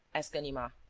asked ganimard.